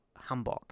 Hamburg